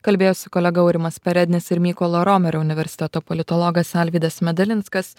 kalbėjosi kolega aurimas perednis ir mykolo romerio universiteto politologas alvydas medalinskas